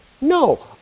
No